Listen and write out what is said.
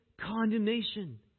condemnation